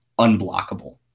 unblockable